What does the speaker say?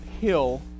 hill